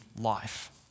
life